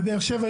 ובאר שבע,